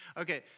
Okay